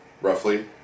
roughly